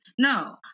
No